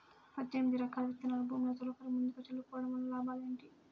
పద్దెనిమిది రకాల విత్తనాలు భూమిలో తొలకరి ముందుగా చల్లుకోవటం వలన లాభాలు ఏమిటి?